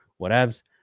whatevs